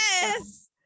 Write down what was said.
Yes